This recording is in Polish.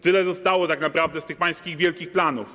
Tyle zostało tak naprawdę z tych pańskich wielkich planów.